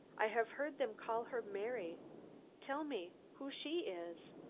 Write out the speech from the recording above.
i have heard them call her mary tell me who she is!